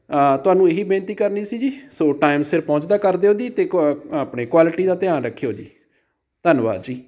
ਤੁਹਾਨੂੰ ਇਹੀ ਬੇਨਤੀ ਕਰਨੀ ਸੀ ਜੀ ਸੋ ਟਾਈਮ ਸਿਰ ਪਹੁੰਚਦਾ ਕਰ ਦਿਉ ਜੀ ਕੁਆ ਆਪਣੇ ਕੁਆਲਿਟੀ ਦਾ ਧਿਆਨ ਰੱਖਿਉ ਜੀ ਧੰਨਵਾਦ ਜੀ